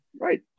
Right